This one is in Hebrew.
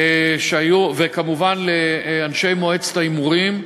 וכמובן לאנשי מועצת ההימורים.